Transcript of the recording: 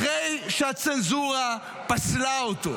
אחרי שהצנזורה פסלה אותו?